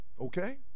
okay